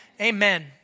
amen